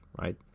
right